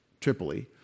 Tripoli